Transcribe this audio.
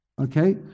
Okay